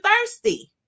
thirsty